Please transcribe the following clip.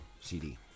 CD